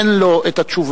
אין לו תשובה,